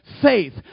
faith